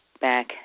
back